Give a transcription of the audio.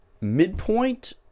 midpoint